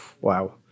Wow